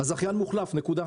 הזכיין מוחלף, נקודה.